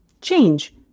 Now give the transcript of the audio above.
Change